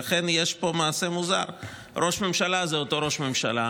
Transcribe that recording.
לכן יש פה מעשה מוזר: ראש הממשלה הוא אותו ראש ממשלה,